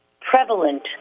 prevalent